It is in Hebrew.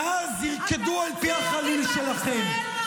ואז ירקדו על פי החליל שלכם.